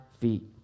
feet